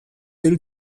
hil